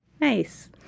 Nice